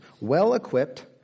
well-equipped